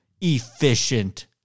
efficient